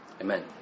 Amen